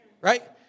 right